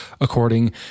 according